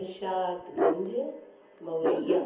Nishatganj Mawaiya